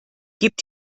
gibt